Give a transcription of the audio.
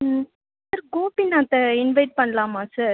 ம் சார் கோபிநாத்தை இன்வைட் பண்ணலாமா சார்